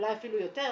אולי אפילו יותר,